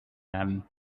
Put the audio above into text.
them